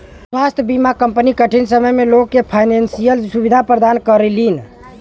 स्वास्थ्य बीमा कंपनी कठिन समय में लोग के फाइनेंशियल सुविधा प्रदान करलीन